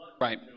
Right